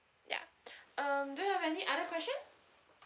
ya um do you have any other question